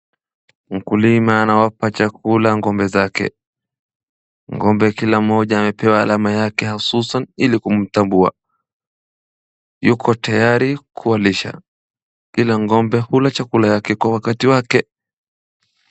Mkulima anawapa chakula ng'ombe zake, ng'ombe kila mmoja amepewa alama yake hususan ili kumtambua. Yuko tayari kuwalisha. Kila ng'ombe hula chakula yake kwa wakati wake.